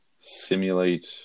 simulate